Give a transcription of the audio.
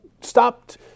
stopped